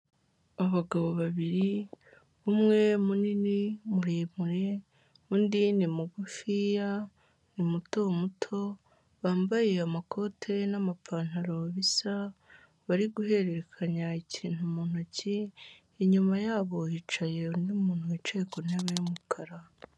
Abagabo babiri umwe munini muremure, undi ni mugufiya, ni muto muto, bambaye amakoti n'amapantaro bisa, bari guhererekanya ikintu mu ntoki, inyuma yabo hicaye undi muntu wicaye ku ntebe y'umukara.